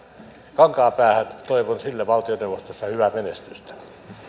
kankaanpäähän toivon sille valtioneuvostossa hyvää menestystä